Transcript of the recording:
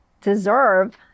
deserve